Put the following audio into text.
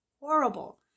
horrible